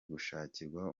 gushakirwa